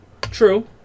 True